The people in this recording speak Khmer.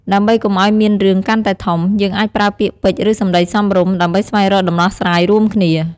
ដើម្បីកុំឲ្យមានរឿងកាន់តែធំ យើងអាចប្រើពាក្យពេចន៌ ឬ សំដីសមរម្យ ដើម្បីស្វែងរកដំណោះស្រាយរួមគ្នា។